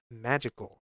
magical